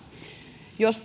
jos